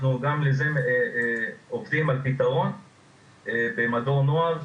אנחנו עובדים על פתרון לזה במדור נוער,